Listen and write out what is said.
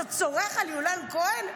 אתה צורח על יולן כהן?